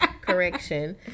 correction